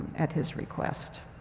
at his request.